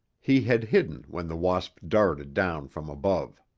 he had hidden when the wasp darted down from above.